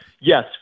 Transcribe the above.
yes